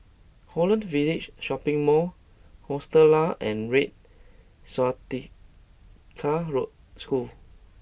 Holland Village Shopping Mall Hostel Lah and Red Swastika School